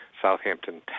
Southampton